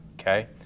okay